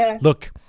look